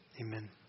Amen